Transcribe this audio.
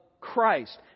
Christ